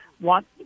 want